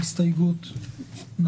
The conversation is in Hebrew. הצבעה הסתייגות 17 לא אושרה.